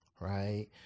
right